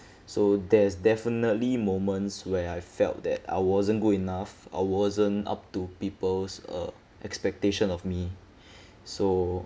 so there's definitely moments where I felt that I wasn't good enough I wasn't up to people's uh expectation of me so